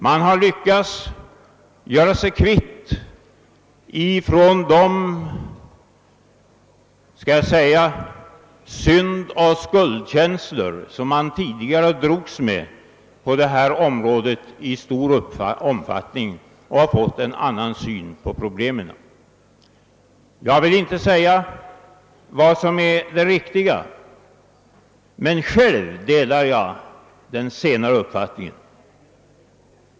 Man har lyckats göra sig kvitt de syndoch skuldkänslor som man tidigare i stor omfattning drogs med på detta område och har fått en annan syn på problemen. Jag vill inte säga vad som är det riktiga, men själv delar jag den senare uppfattningen.